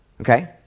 okay